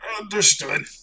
Understood